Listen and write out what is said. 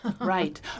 right